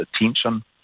attention